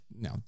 No